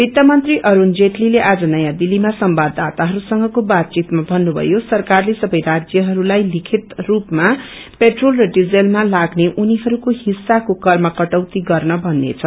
वित्तमंत्री अरूण जेटलीले आज नयाँ दिलेमा संवाददााताहरूसंगको बातचितमा भन्नुभयो सरकारले सबै राज्यहरूलाई लिखित स्रपमा पेट्रोल र डिजलमा लाग्ने उनीहरूको हिस्साको करमा कटौती गर्न भन्नेछ